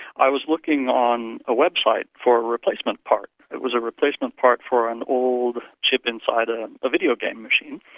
i was looking on a website for a replacement part, it was a replacement part for an old chip inside a a videogame machine.